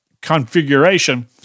configuration